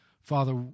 Father